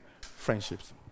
friendships